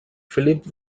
philip